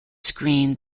screen